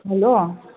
hello